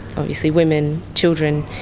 obviously women, children,